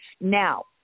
Now